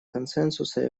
консенсуса